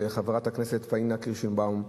לחברת הכנסת פניה קירשנבאום,